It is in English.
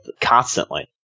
constantly